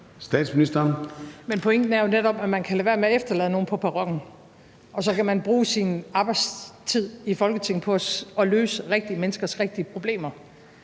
Frederiksen): Men pointen er jo netop, at man kan lade være med at efterlade nogen på perronen, og så kan man bruge sin arbejdstid i Folketinget på at løse rigtige menneskers rigtige problemer.